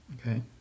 Okay